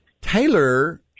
Taylor